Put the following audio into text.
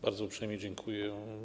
Bardzo uprzejmie dziękuję.